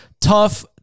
tough